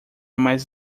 mais